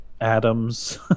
adam's